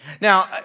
Now